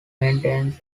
maintains